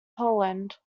poland